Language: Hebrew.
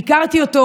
ביקרתי אותו.